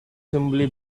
simply